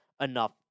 enough